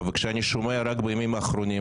וכשאני שומע רק בימים האחרונים